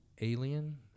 Alien